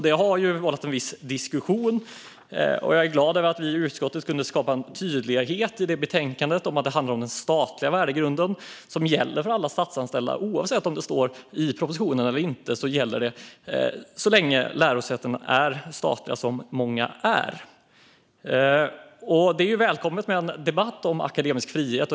Det har varit viss diskussion, och jag är glad över att vi i utskottet kunnat skapa en tydlighet i betänkandet om att det handlar om den statliga värdegrunden, som gäller för alla statsanställda oavsett vad som står i propositionen. Den gäller så länge lärosätena är statliga, vilket många är. Det är välkommet med en debatt om akademisk frihet.